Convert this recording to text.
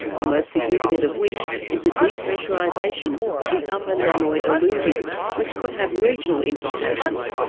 the most significant of which is the depressurisation of the upper namoi alluvial, which could have regional implications,